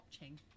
watching